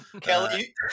Kelly